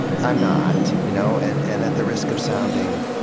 i'm not. you know and and at the risk of sounding,